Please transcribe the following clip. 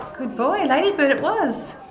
good boy, ladybird, it was.